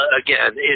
again